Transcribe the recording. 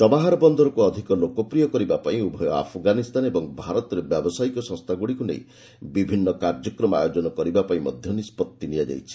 Chabahar ବନ୍ଦରକୁ ଅଧିକ ଲୋକପ୍ରିୟ କରିବା ପାଇଁ ଉଭୟ ଆଫଗାନିସ୍ତାନ ଓ ଭାରତରେ ବ୍ୟବସାୟୀକ ସଂସ୍ଥାଗୁଡ଼ିକୁ ନେଇ ବିଭିନ୍ନ କାର୍ଯ୍ୟକ୍ରମ ଆୟୋଜନ କରିବା ପାଇଁ ମଧ୍ୟ ନିଷ୍ପଭି ନିଆଯାଇଛି